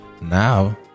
Now